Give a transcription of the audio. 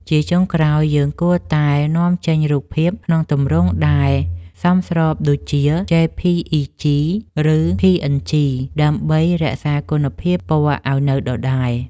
ជាចុងក្រោយ យើងគួរតែនាំចេញរូបភាពក្នុងទម្រង់ដែលសមស្របដូចជា ជេ-ភី-អ៊ី-ជី ឬ ភី-អិន-ជី ដើម្បីរក្សាគុណភាពពណ៌ឱ្យនៅដដែល។